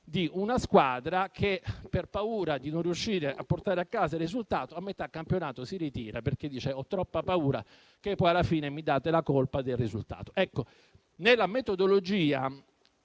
di una squadra che, per paura di non riuscire a portare a casa il risultato, a metà campionato si ritira, perché dice di avere troppa paura che alla fine gli diano la colpa del risultato. Nella metodologia,